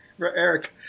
Eric